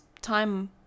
time